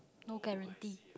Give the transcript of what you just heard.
no guarantee